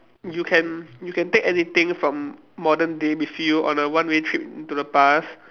you can you can take anything from modern day with you on a one way trip to the past